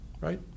right